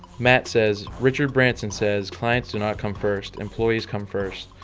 matt says richard branson says clients do not come first. employees come first.